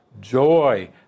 joy